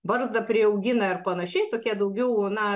barzdą priaugina ir panašiai tokie daugiau na